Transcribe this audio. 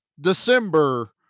December